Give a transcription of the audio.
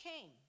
came